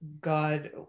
god